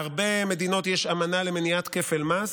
להרבה מדינות יש אמנה למניעת כפל מס,